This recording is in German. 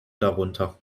darunter